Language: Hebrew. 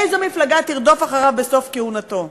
איזו מפלגה תרדוף אחריו בסוף כהונתו.